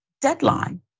deadline